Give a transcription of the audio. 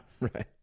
right